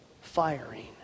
firing